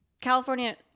California